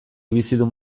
bizidun